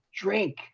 drink